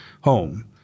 home